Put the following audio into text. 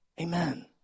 Amen